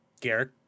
Garrick